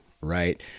right